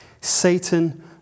Satan